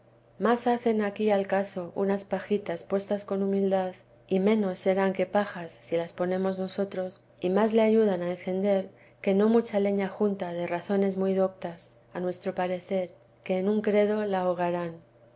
más hacen aquí al caso unas pajitas puestas con humildad y menos serán que pajas si las ponemos nosotros y más le ayudan a encender que no mucha leña junta de razones muy doctas a nuestro parecer que en un credo la ahogaran